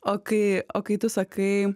o kai o kai tu sakai